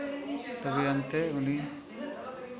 ᱛᱚᱵᱮ ᱮᱱᱛᱮᱫ ᱩᱱᱤ